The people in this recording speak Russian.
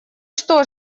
что